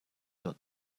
got